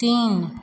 तीन